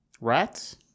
rats